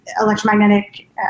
electromagnetic